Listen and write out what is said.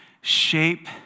shape